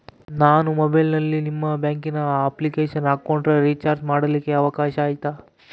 ನಾನು ಮೊಬೈಲಿನಲ್ಲಿ ನಿಮ್ಮ ಬ್ಯಾಂಕಿನ ಅಪ್ಲಿಕೇಶನ್ ಹಾಕೊಂಡ್ರೆ ರೇಚಾರ್ಜ್ ಮಾಡ್ಕೊಳಿಕ್ಕೇ ಅವಕಾಶ ಐತಾ?